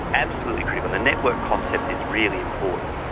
absolutely critical. the network concept is really important,